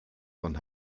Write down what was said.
von